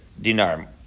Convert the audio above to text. dinar